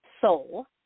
soul